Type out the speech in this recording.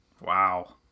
Wow